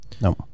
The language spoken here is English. no